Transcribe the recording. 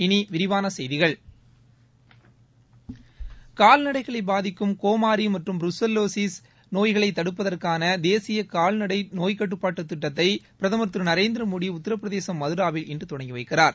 இனி விரிவான செய்திகள் கால்நடைகளை பாதிக்கும் கோமாரி மற்றும் புருசெல்லோசிஸ் நோய்களை தடுப்பதற்கான தேசிய கால்நடை நோய் கட்டுப்பாட்டுத் திட்டத்தை பிரதமர் திரு நரேந்திர மோடி உத்திரபிரதேசம் மதராவில் இன்று தொடங்கி வைக்கிறார்